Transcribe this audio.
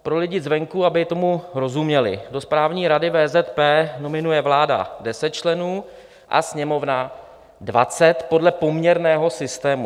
Pro lidi zvenku, aby tomu rozuměli: do Správní rady VZP nominuje vláda 10 členů a Sněmovna 20 podle poměrného systému.